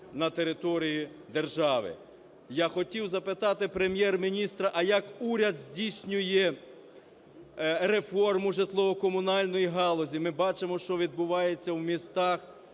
на території держави. Я хотів запитати Прем'єр-міністра, а як уряд здійснює реформу житлово-комунальної галузі. Ми бачимо, що відбувається в містах